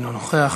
נכון,